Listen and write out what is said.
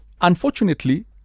Unfortunately